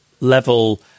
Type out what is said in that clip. level